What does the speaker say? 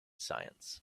science